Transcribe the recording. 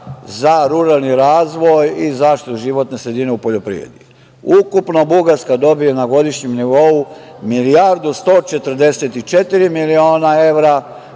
za ruralni razvoj i zaštitu životne sredine u poljoprivredi. Ukupno Bugarska dobije na godišnjem nivou milijardu 144 miliona evra,